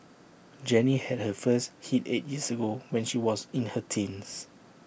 Jenny had her first hit eight years ago when she was in her teens